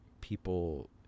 people